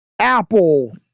Apple